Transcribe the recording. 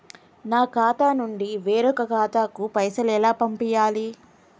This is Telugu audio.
మా ఖాతా నుండి వేరొక ఖాతాకు పైసలు ఎలా పంపియ్యాలి?